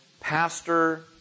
Pastor